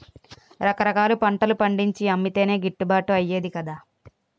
రకరకాల పంటలు పండించి అమ్మితేనే గిట్టుబాటు అయ్యేది కదా